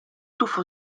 tuffo